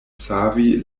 savi